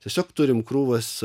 tiesiog turime krūvas